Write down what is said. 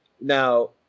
Now